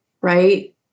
right